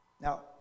Now